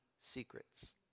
secrets